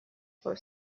for